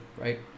right